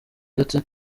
ndetse